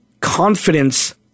confidence